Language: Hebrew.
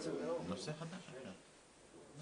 כבר